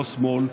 לא לשמאל,